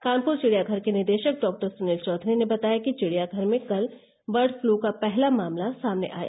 कानपूर चिड़ियाघर के निदेशक डॉक्टर सुनील चौधरी ने बताया कि चिड़ियाघर में कल बर्ड पलू का पहला मामला सामने आया